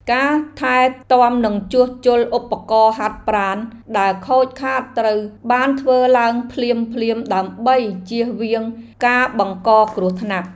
ការថែទាំនិងជួសជុលឧបករណ៍ហាត់ប្រាណដែលខូចខាតត្រូវបានធ្វើឡើងភ្លាមៗដើម្បីជៀសវាងការបង្កគ្រោះថ្នាក់។